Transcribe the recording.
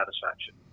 satisfaction